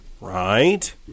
right